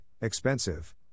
expensive